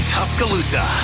Tuscaloosa